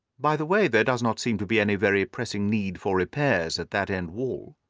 by the way, there does not seem to be any very pressing need for repairs at that end wall.